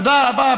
תודה רבה.